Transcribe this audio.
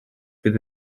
fydd